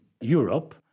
Europe